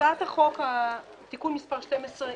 הצעת חוק הדואר (תיקון מס' 12)